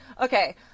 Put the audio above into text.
Okay